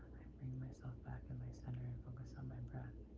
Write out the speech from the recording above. bring myself back to my center and focus on my breath.